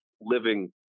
living